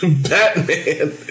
Batman